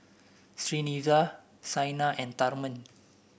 Srinivasa Saina and Tharman